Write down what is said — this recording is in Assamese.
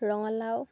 ৰঙালাও